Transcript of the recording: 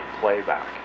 playback